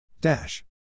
Dash